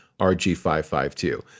RG552